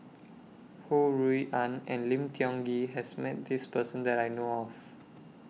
Ho Rui An and Lim Tiong Ghee has Met This Person that I know of